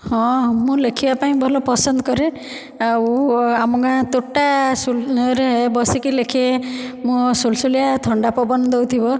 ହଁ ମୁଁ ଲେଖିବା ପାଇଁ ଭଲ ପସନ୍ଦ କରେ ଆଉ ଆମ ଗାଁ ତୋଟା ରେ ବସିକି ଲେଖେ ମୁଁ ସୁଲୁସୁଲିଆ ଥଣ୍ଡା ପବନ ଦଉଥିବ